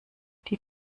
die